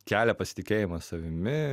kelia pasitikėjimą savimi